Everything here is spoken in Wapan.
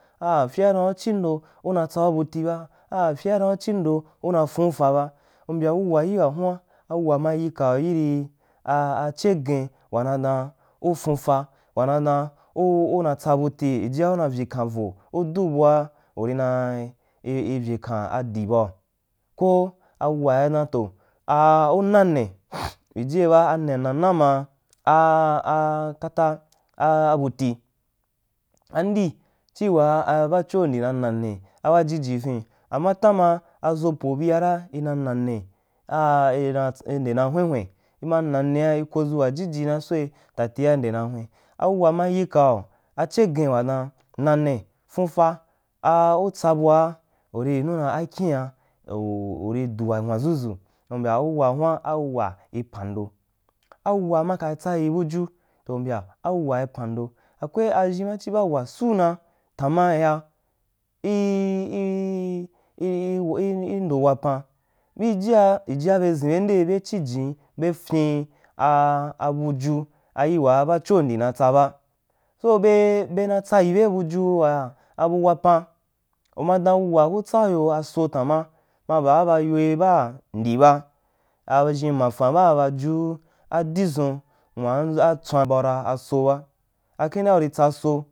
Aafyedan u chindo una tsau buti ba aa fyeadan u chindo una fun fa ba umbye wuwa yii wa huan a wuwa ma yi kau yiria a cheghen wamadinu funfa wa na danuu na tsa butì jijia una vyikan vo udu bua urina vyikem dì bau ko a wuwaǐ dan to, a a u nane ijie ba aneanana ma aa a but i andi chiwaa ba cho ndi na nane a wayiji vin a ma tamara aʒo po bia va ina nane pa ina in de na hwenhwen ima nane a ina inde na hwen-hwen i ma nanea ikodʒu wa juji na sai tafia inde na hwen a wu wa ma yi kau acheghen dan wa dan nane funda ah u tsa bua urí yinu dam akyi an u u ri du wa mwadʒudʒu umhya wuwa huan a wuwa wai pamdo. A wuwa ma ka tsayi bujuta mbya awuwe i pan do akwe a ʒhinbanchi bauwa suu numi tanman ya i-i-i-i ndo wapan rijia jijia be ʒen bende be chijan be fyin aa a buju ayii waa bacho ndi na tsa ɓa so be be na tsanyi be bu ju wa abu wapan amadan wuwa ku tsau yo aso fanna ma baa bayid abnji ba a ʒhinbafan baa ba fu adudʒun nua tsuan baa ra aso ba e kundea uri tsaso.